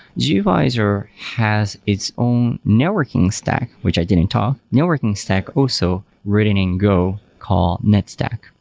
gvisor has its own networking stack, which i didn't talk. networking stack also written in go, called net stack.